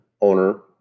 owner